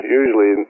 usually